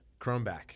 Chromeback